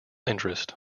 interest